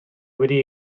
wedi